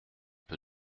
peu